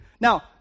Now